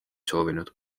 soovinud